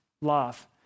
love